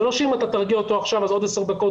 זה לא שאם אתה תרגיע אותו עכשיו אז עוד עשר דקות